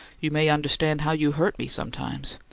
you may understand how you hurt me sometimes.